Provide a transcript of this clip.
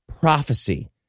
Prophecy